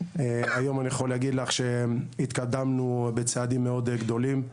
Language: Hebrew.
היום אני יכול להגיד לך שהתקדמנו בצעדים מאוד גדולים,